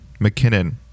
McKinnon